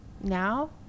Now